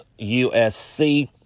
USC